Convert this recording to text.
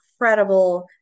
incredible